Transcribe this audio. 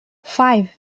five